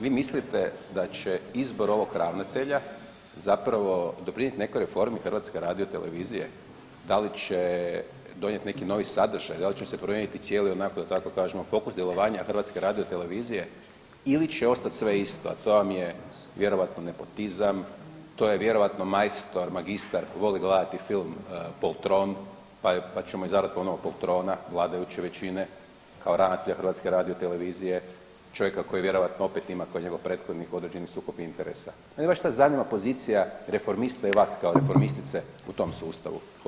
Vi mislite da će izbor ovog ravnatelja zapravo doprinijeti nekoj reformi HRT-u? da li će donijeti neki novi sadržaj, da li će se promijeniti cijeli onako da tako kažemo fokus djelovanja HRT-a ili će ostati sve isto, a to vam je vjerojatno nepotizam, to je vjerojatno majstor, magistar, voli gledati film Poltron, pa ćemo izabrati … poltrona vladajuće većine kao ravnatelja HRT-a čovjeka koji vjerojatno opet ima ko i njegov prethodnih određeni sukob interesa. … zanima pozicija reformista i vas kao reformistice u tom sustavu.